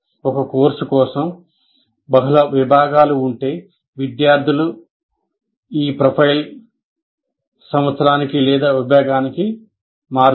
ఒక కోర్సు కోసం బహుళ విభాగాలు ఉంటే విద్యార్థుల ఈ ప్రొఫైల్ సంవత్సరానికి లేదా విభాగానికి మారుతుంది